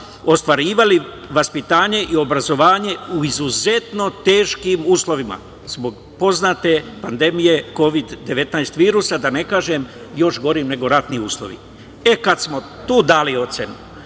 ostvarivali vaspitanje i obrazovanje, u izuzetno teškim uslovima, zbog pandemije Kovid 19 virusa, da ne kažem, još gorim ratnim uslovima.E kada smo tu dali ocenu,